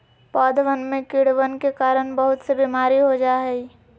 पौधवन में कीड़वन के कारण बहुत से बीमारी हो जाहई